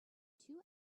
two